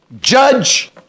judge